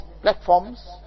platforms